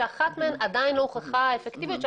אחת מהן לא הוכחה מבחינה אפקטיבית,